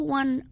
one